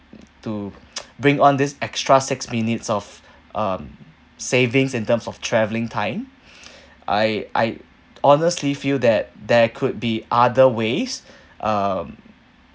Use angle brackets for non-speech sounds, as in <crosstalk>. to <noise> bring on this extra six minutes of um savings in terms of travelling time <breath> I I honestly feel that there could be other ways <breath> um